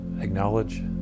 acknowledge